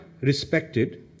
respected